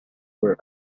were